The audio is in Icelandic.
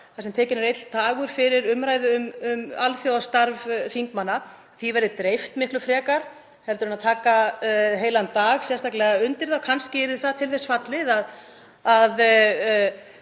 þar sem tekinn er einn dagur fyrir umræðu um alþjóðastarf þingmanna, verði dreift miklu frekar en að taka heilan dag sérstaklega undir hana. Kannski yrði það til þess fallið að